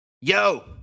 Yo